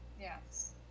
Yes